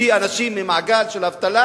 להוציא אנשים ממעגל של אבטלה,